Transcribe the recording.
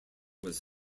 was